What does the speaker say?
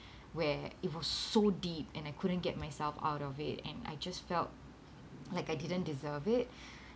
where it was so deep and I couldn't get myself out of it and I just felt like I didn't deserve it